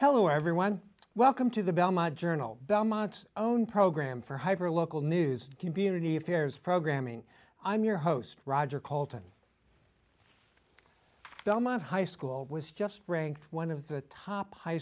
hello everyone welcome to the belmont journal belmont's own program for hyper local news community affairs programming i'm your host roger colton belmont high school was just ranked one of the top high